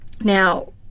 Now